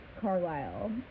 Carlisle